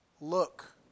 look